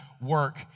work